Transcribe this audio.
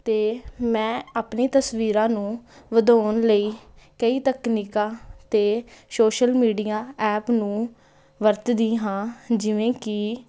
ਅਤੇ ਮੈਂ ਆਪਣੀ ਤਸਵੀਰਾਂ ਨੂੰ ਵਧਾਉਣ ਲਈ ਕਈ ਤਕਨੀਕਾਂ ਅਤੇ ਸੋਸ਼ਲ ਮੀਡੀਆ ਐਪ ਨੂੰ ਵਰਤਦੀ ਹਾਂ ਜਿਵੇਂ ਕਿ